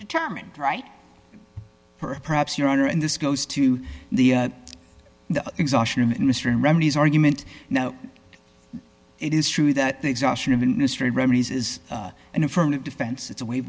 determined right perhaps your honor and this goes to the the exhaustion industry remedies argument no it is true that the exhaustion of industry remedies is an affirmative defense it's a way